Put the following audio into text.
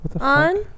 on